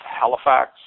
Halifax